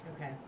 Okay